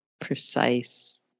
precise